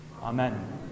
Amen